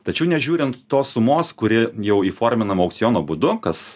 tačiau nežiūrint tos sumos kuri jau įforminama aukciono būdu kas